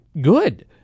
good